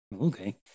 okay